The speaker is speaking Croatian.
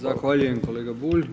Zahvaljujem kolega Bulj.